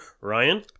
Ryan